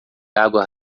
água